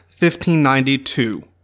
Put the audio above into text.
1592